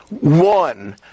one